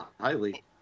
highly